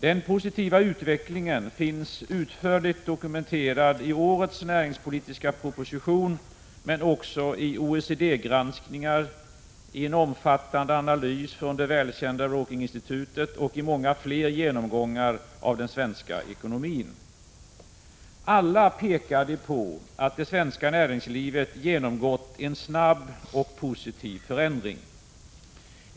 Den positiva utvecklingen finns utförligt dokumenterad i årets näringspolitiska proposition, men också i OECD-granskningar, i en omfattande analys från det välkända Brooking-institutet och många fler genomgångar av den svenska ekonomin. Alla pekar de på att det svenska näringslivet genomgått en snabb och positiv förändring.